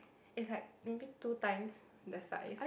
is like maybe two times the size